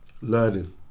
learning